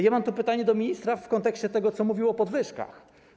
Ja mam pytanie do ministra w kontekście tego, co mówił o podwyżkach.